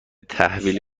تحویل